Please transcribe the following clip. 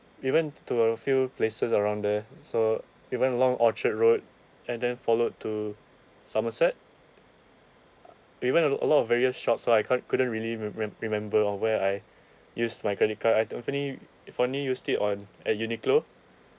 we went to a few places around there so we went along orchard road and then followed to somerset we went a a lot of various shops like I can't couldn't really remem~ remember on where I used my credit card I've only I've only used it on at uniqlo